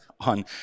on